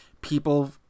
people